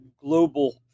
global